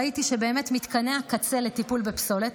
ראיתי שמתקני הקצה לטיפול בפסולת,